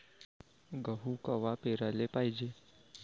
गहू कवा पेराले पायजे?